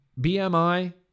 BMI